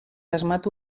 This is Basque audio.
asmatu